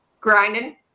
grinding